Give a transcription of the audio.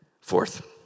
Fourth